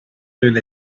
through